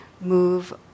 move